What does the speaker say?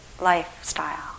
lifestyle